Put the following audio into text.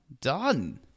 Done